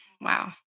wow